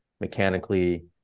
mechanically